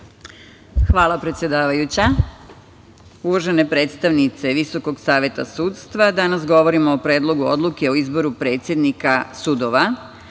Hvala, predsedavajuća. Uvažene predstavnice Visokog saveta sudstva, danas govorimo o Predlogu odluke o izboru predsednika sudova,